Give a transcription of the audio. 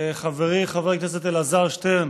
חברי חבר הכנסת אלעזר שטרן,